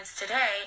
today